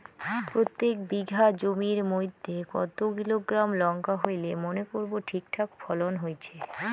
প্রত্যেক বিঘা জমির মইধ্যে কতো কিলোগ্রাম লঙ্কা হইলে মনে করব ঠিকঠাক ফলন হইছে?